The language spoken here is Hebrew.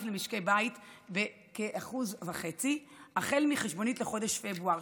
למשקי בית בכ-1.5% החל מחשבונית חודש פברואר,